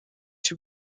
two